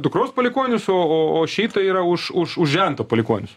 dukros palikuonius o o o šita yra už už už žento palikuonius